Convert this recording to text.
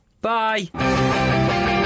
Bye